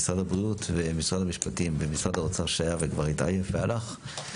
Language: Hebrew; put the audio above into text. משרד הבריאות ומשרד המשפטים ומשרד האוצר שהיה וכבר התעייף והלך.